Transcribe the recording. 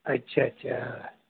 अच्छा अच्छा